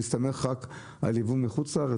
להסתמך רק על יבוא מחוץ לארץ?